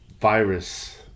virus